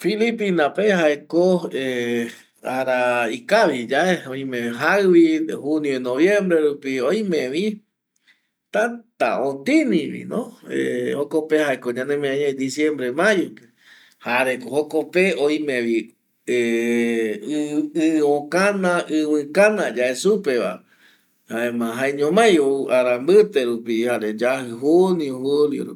Filipinas pe ko jae ara ikavi yae oime jaivi junio noviembre rupi jare oime otini va diciembre mayo jare ko jokope oime vi ˂hesitation˃ ï okana yae supe va jaema jaeñomai araviti rupi junio julio rupi